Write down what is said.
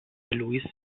louis